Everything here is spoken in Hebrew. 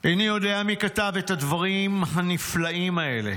איני יודע מי כתב את הדברים הנפלאים האלה.